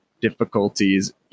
difficulties